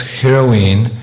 heroine